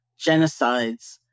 genocides